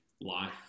life